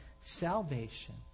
Salvation